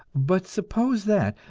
but suppose that,